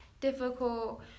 difficult